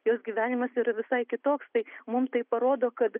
jos gyvenimas yra visai kitoks tai mum tai parodo kad